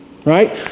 right